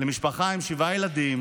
למשפחה עם שבעה ילדים,